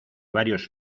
varios